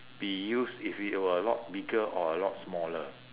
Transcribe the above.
be used if it were a lot bigger or a lot smaller